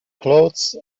clothes